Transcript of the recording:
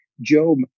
Job